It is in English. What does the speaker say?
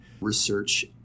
research